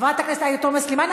חברת הכנסת עאידה תומא סלימאן,